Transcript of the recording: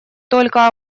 только